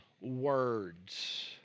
words